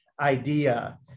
idea